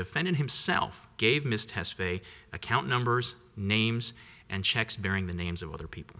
defendant himself gave mr hess fake account numbers names and checks bearing the names of other people